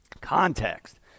context